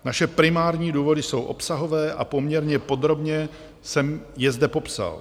Naše primární důvody jsou obsahové a poměrně podrobně jsem je zde popsal.